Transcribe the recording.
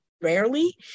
rarely